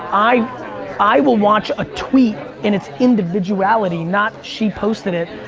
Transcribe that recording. i i will watch a tweet in its individuality, not she posted it.